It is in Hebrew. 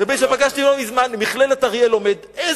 תלמיד שפגשתי לא מזמן, במכללת אריאל הוא לומד.